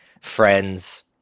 friends